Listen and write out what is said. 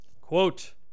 Quote